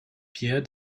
pierre